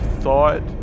thought